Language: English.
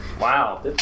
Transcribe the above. Wow